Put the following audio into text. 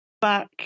back